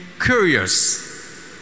curious